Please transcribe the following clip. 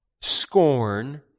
scorn